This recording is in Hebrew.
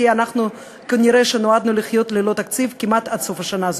כי אנחנו כנראה נועדנו לחיות ללא תקציב כמעט עד סוף השנה הזאת.